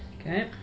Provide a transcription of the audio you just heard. Okay